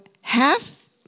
half